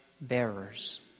bearers